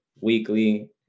weekly